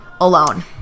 alone